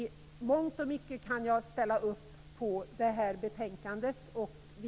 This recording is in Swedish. I mångt och mycket kan jag ställa mig bakom detta betänkande.